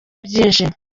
byinshi